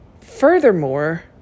furthermore